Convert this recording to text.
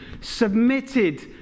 submitted